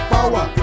Power